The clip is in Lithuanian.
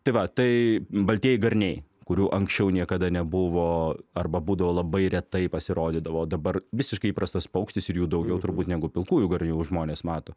tai va tai baltieji garniai kurių anksčiau niekada nebuvo arba būdavo labai retai pasirodydavo dabar visiškai įprastas paukštis ir jų daugiau turbūt negu pilkųjų garnių žmonės mato